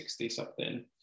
60-something